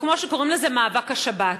או כמו שקוראים לזה: מאבק השבת.